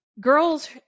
girls